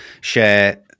share